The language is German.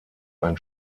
ein